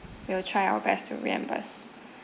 we'll try our best to reimburse